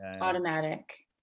automatic